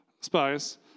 spies